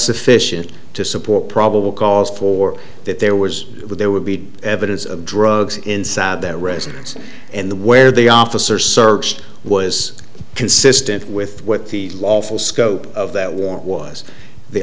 sufficient to support a probable cause for that there was there would be evidence of drugs inside that residence and the where the obvious or searched was consistent with what the lawful scope of that warrant was the